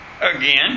Again